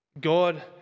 God